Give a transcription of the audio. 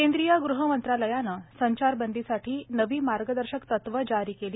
केंद्रीय गृह मंत्रालयानं संचारबंदीसाठी नवी मार्गदर्शक तत्व जारी केली